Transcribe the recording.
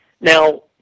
Now